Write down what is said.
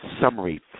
summary